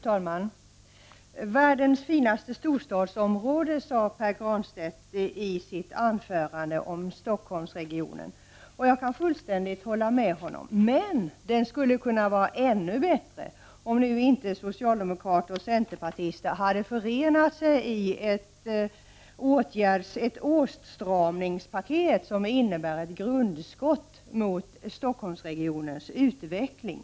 Fru talman! ”Världens finaste storstadsområde” sade Pär Granstedt i sitt anförande om Stockhomsregionen. Jag kan fullständigt hålla med honom, men den skulle kunna vara ännu bättre om inte socialdemokrater och centerpartister hade förenat sig i ett åtstramningspaket som innebär ett grundskott mot Stockholmsregionens utveckling.